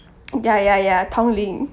ya ya ya tong lin